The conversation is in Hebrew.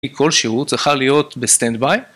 היא כל שירות צריכה להיות בסטנד-ביי